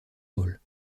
mole